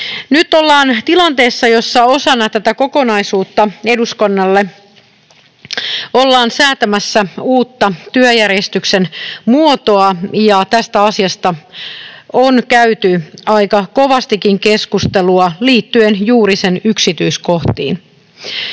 Nyt ollaan tilanteessa, jossa osana tätä kokonaisuutta eduskunnalle ollaan säätämässä uutta työjärjestyksen muotoa, ja tästä asiasta on käyty aika kovastikin keskustelua liittyen juuri sen yksityiskohtiin.